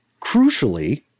Crucially –